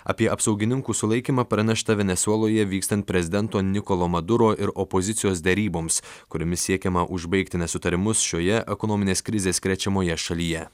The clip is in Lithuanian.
apie apsaugininkų sulaikymą pranešta venesueloje vykstant prezidento nikolo maduro ir opozicijos deryboms kuriomis siekiama užbaigti nesutarimus šioje ekonominės krizės krečiamoje šalyje